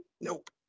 Nope